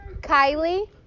Kylie